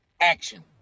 Action